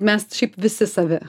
mes visi savi